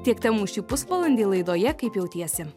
tiek temų šį pusvalandį laidoje kaip jautiesi